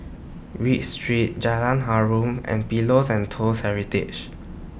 Read Street Jalan Harum and Pillows and Toast Heritage